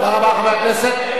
תודה רבה, חברי הכנסת.